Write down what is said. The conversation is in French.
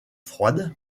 froide